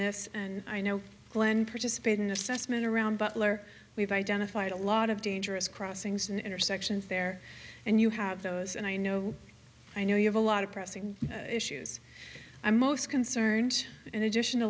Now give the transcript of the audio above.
this and i know glen participated in assessment around butler we've identified a lot of dangerous crossings and intersections there and you have those and i know i know you have a lot of pressing issues i'm most concerned in addition